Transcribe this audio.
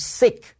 sick